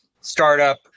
startup